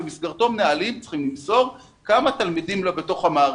במסגרתו מנהלים צריכים למסור כמה תלמידים בתוך המערכת.